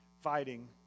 fighting